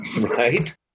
right